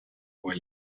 why